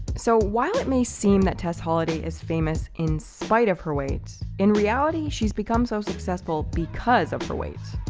so while it may seem that tess holliday is famous in spite of her weight, in reality, she's become so successful because of her weight.